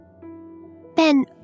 Ben